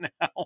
now